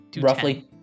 roughly